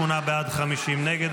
58 בעד, 50 נגד.